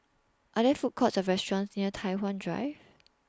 Are There Food Courts Or restaurants near Tai Hwan Drive